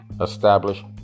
establish